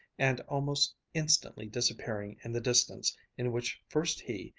and almost instantly disappearing in the distance in which first he,